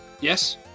Yes